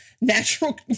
natural